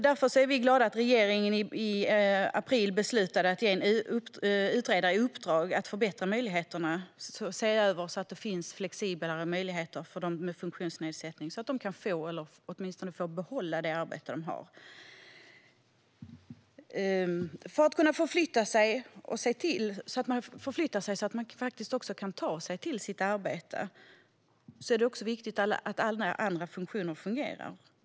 Därför är vi glada att regeringen i april beslutade att ge en utredare i uppdrag att förbättra detta och se över behovet av flexiblare möjligheter för personer med funktionsnedsättning så att de kan få ett jobb - eller åtminstone behålla det arbete de har. För att kunna förflytta sig så att man faktiskt kan ta sig till sitt arbete är det viktigt att även andra funktioner fungerar.